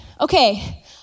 okay